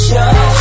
show